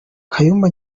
kayumba